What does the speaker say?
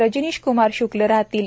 रजनीश क्मार श्क्ल राहतील